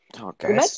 Okay